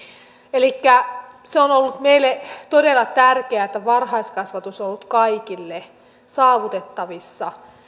elikkä se on ollut meille todella tärkeää että varhaiskasvatus on ollut kaikille saavutettavissa